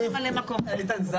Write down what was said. איתן,